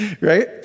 right